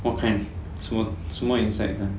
what kind 什么什么 insect sia